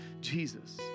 Jesus